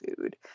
food